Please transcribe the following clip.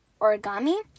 origami